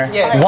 Yes